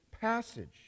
passage